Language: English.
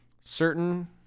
certain